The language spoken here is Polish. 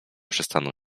przestaną